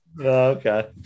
Okay